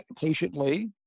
patiently